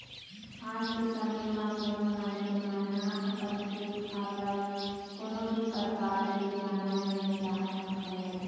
आज के समे म कोनो मनखे मन ह अपन खेत खार ल कोनो भी परकार ले बिगाड़ना नइ चाहत हवय